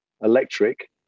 electric